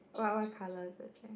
what what colour is the chair